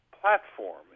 platform